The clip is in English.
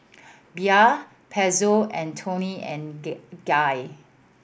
Bia Pezzo and Toni and Get Guy